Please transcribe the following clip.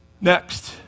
Next